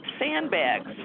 sandbags